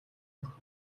бүрхэг